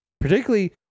Particularly